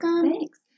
thanks